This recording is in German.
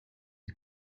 die